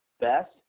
best